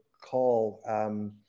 call